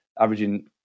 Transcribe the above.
averaging